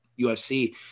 UFC